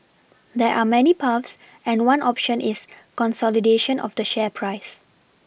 there are many paths and one option is consolidation of the share price